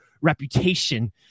reputation